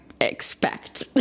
expect